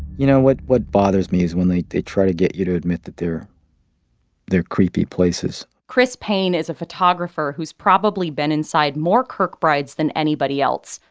you know, what what bothers me is when they they try to get you to admit that they're they're creepy places christopher payne is a photographer who's probably been inside more kirkbrides than anybody else.